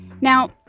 Now